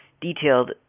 detailed